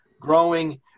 growing